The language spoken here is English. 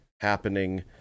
happening